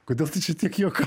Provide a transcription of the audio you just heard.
kodėl tu čia tiek juoka